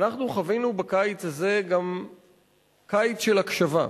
אנחנו חווינו בקיץ הזה גם קיץ של הקשבה.